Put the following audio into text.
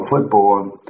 football